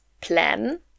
plan